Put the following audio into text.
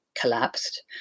collapsed